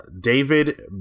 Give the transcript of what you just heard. David